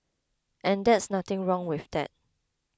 and that's nothing wrong with that